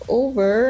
over